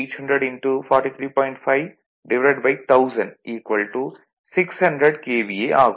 51000 600 KVA ஆகும்